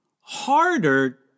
harder